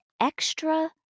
extra